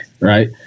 right